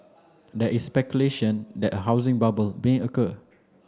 there is speculation that a housing bubble may occur